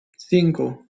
cinco